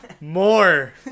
more